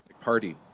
party